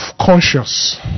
conscious